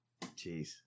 Jeez